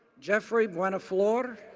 jeffrey buenaflor,